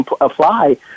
apply